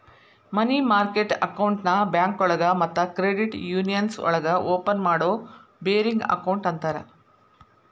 ಮನಿ market ಅಕೌಂಟ್ನ ಬ್ಯಾಂಕೋಳಗ ಮತ್ತ ಕ್ರೆಡಿಟ್ ಯೂನಿಯನ್ಸ್ ಒಳಗ ಓಪನ್ ಮಾಡೋ ಬೇರಿಂಗ್ ಅಕೌಂಟ್ ಅಂತರ